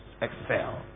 excel